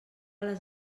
les